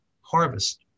harvest